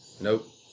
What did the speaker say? nope